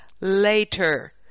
later